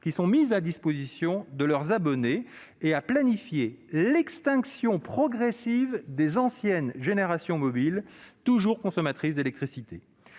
des box mises à disposition de leurs abonnés, et à planifier l'extinction progressive des anciennes générations de réseaux mobiles, toujours consommatrices d'électricité.